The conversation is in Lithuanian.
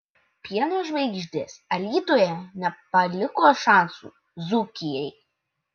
pieno žvaigždės alytuje nepaliko šansų dzūkijai